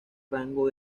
rango